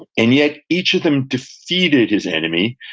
and yet each of them defeated his enemy.